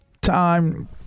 Time